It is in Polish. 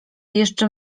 jeszcze